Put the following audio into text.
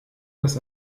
dass